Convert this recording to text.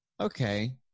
okay